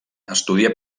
estudià